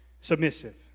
submissive